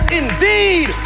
indeed